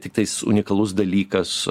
tiktais unikalus dalykas